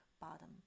bottom